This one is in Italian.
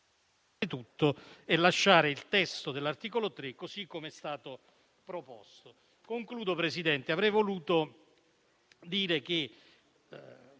Grazie